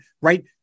right